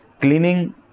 Cleaning